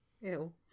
Ew